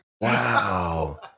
Wow